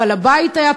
אבל הבית היה פוגעני,